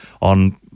on